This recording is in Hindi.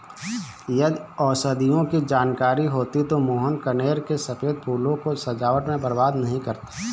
यदि औषधियों की जानकारी होती तो मोहन कनेर के सफेद फूलों को सजावट में बर्बाद नहीं करता